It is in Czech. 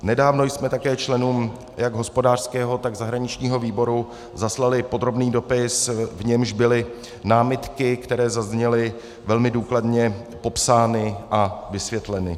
Nedávno jsme také členům jak hospodářského, tak zahraničního výboru zaslali podrobný dopis, v němž byly námitky, které zazněly, velmi důkladně popsány a vysvětleny.